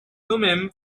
thummim